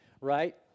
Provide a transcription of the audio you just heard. right